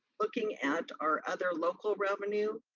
looking at our other local revenue,